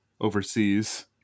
overseas